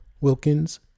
Wilkins